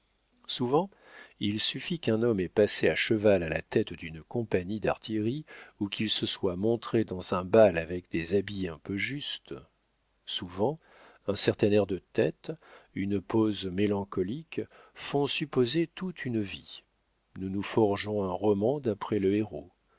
souvent il suffit qu'un homme ait passé à cheval à la tête d'une compagnie d'artilleurs ou qu'il se soit montré dans un bal avec des habits un peu justes souvent un certain air de tête une pose mélancolique font supposer toute une vie nous nous forgeons un roman d'après le héros